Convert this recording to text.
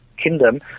Kingdom